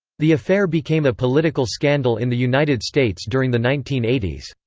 the affair became a political scandal in the united states during the nineteen eighty s.